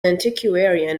antiquarian